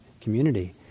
community